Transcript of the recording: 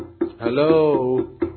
hello